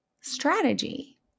strategy